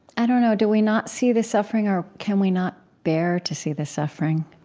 i don't know. do we not see the suffering? or can we not bear to see the suffering?